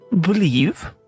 believe